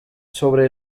sobre